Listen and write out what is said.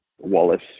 Wallace